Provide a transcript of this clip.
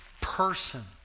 person